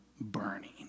burning